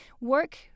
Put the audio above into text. work